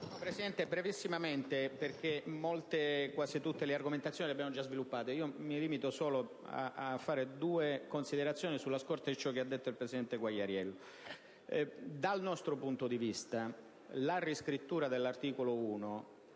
molto brevemente, perché quasi tutte le argomentazioni sono già state sviluppate. Mi limiterò a svolgere due considerazioni sulla scorta di ciò che ha detto il presidente Quagliariello. Dal nostro punto di vista, la riscrittura dell'articolo 1